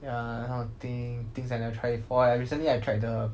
ya that kind of thing things I never try before I recently I've tried the